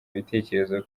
ibitekerezo